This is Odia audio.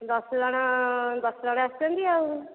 ଦଶ ଜଣ ଦଶ ଜଣ ଆସିଛନ୍ତି ଆଉ